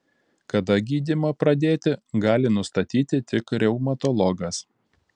kada gydymą pradėti gali nustatyti tik reumatologas